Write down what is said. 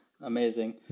Amazing